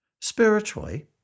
Spiritually